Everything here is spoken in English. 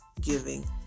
giving